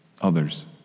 others